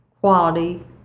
quality